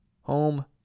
home